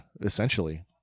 essentially